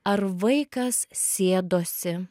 ar vaikas sėdosi